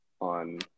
on